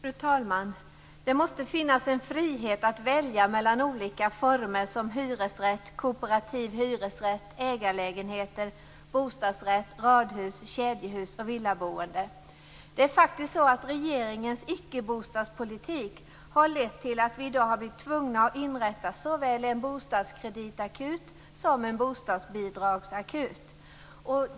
Fru talman! Det måste finnas en frihet att välja mellan olika former som hyresrätt, kooperativ hyresrätt, ägarlägenheter, bostadsrätt, radhus, kedjehus och villaboende. Regeringens ickebostadspolitik har faktiskt lett till att vi i dag har blivit tvungna att inrätta såväl en "bostadskreditakut" som en "bostadsbidragsakut".